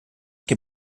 can